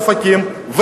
אופקים,